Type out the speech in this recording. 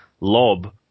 lob